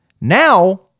Now